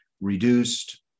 reduced